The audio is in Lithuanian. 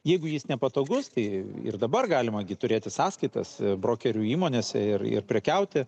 jeigu jis nepatogus tai ir dabar galima gi turėti sąskaitas brokerių įmonėse ir ir prekiauti